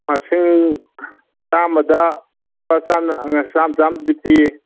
ꯃꯁꯤꯡ ꯆꯥꯝꯃꯗ ꯂꯨꯄꯥ ꯆꯥꯝ ꯆꯥꯝꯗꯤ ꯄꯤ